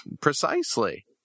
Precisely